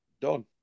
Done